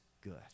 good